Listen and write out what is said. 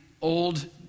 old